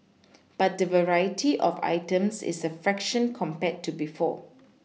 but the variety of items is a fraction compared to before